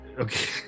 Okay